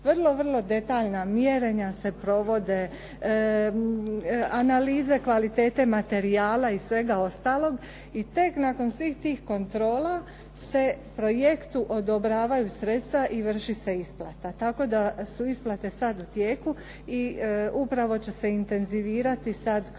vrlo detaljna mjerenja se provode. Analize kvalitete materijala i svega ostalog. I tek nakon svih tih kontrola se projektu odobravaju sredstva i vrši se isplata. Tako da su isplate sad u tijeku i upravo će se intenzivirati sad kroz